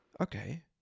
okay